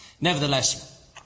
nevertheless